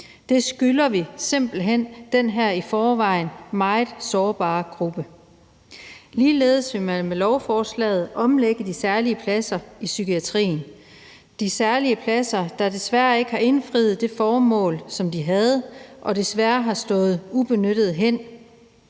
Det skylder vi simpelt hen den her i forvejen meget sårbare gruppe. Ligeledes vil man med lovforslaget omlægge de særlige pladser i psykiatrien, de særlige pladser, der desværre ikke har indfriet det formål, som de havde, og som desværre har stået ubenyttede hen.